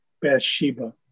Bathsheba